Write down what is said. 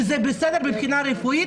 וזה בסדר מבחינה רפואית,